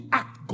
act